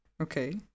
Okay